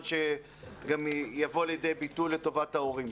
שהוא גם יבוא לידי ביטוי לטובת ההורים.